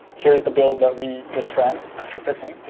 here is the build that we just ran after fixing.